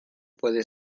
puede